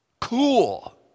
cool